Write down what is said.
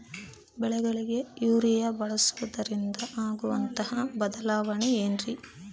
ಬೆಳೆಗಳಿಗೆ ಯೂರಿಯಾ ಬಳಸುವುದರಿಂದ ಆಗುವಂತಹ ಬದಲಾವಣೆ ಏನ್ರಿ?